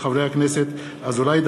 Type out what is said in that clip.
מאת חברי הכנסת דוד אזולאי,